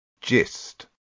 Gist